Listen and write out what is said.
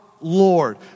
Lord